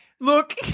Look